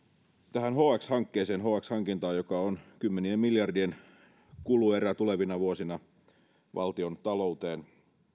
tähän hx hankkeeseen hx hankintaan joka on kymmenien miljardien kuluerä tulevina vuosina valtiontalouteen